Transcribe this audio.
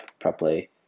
properly